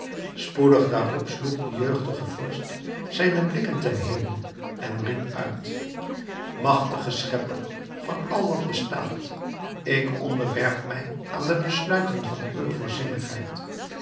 spoedig daarop sloeg de jeugdige vorst zijne blikken ten hemel en riep uit magtige schepper van al wat bestaat ik onderwerp mij aan de besluiten van uwe